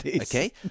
Okay